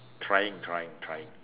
trying trying trying